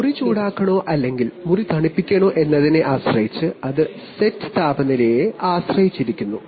നിങ്ങൾ മുറി ചൂടാക്കണോ അല്ലെങ്കിൽ മുറി തണുപ്പിക്കണോ എന്നത് സെറ്റ് താപനിലയെ ആശ്രയിച്ചിരിക്കുന്നു